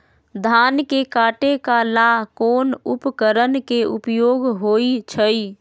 धान के काटे का ला कोंन उपकरण के उपयोग होइ छइ?